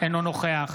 אינו נוכח